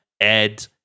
Ed